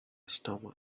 stomach